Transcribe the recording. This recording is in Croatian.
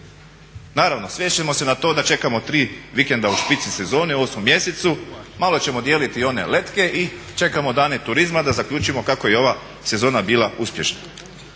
Naravno, svest ćemo se na to da čekamo tri vikenda u špici sezone u 8.mjesecu, malo ćemo dijeliti one letke i čekamo dane turizma da zaključimo kako je i ova sezona bila uspješna.